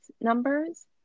numbers